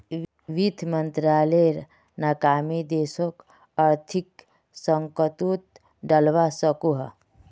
वित मंत्रालायेर नाकामी देशोक आर्थिक संकतोत डलवा सकोह